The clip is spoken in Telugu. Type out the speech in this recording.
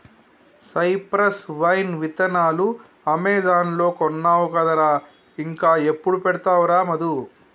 సైప్రస్ వైన్ విత్తనాలు అమెజాన్ లో కొన్నావు కదరా ఇంకా ఎప్పుడు పెడతావురా మధు